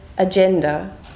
agenda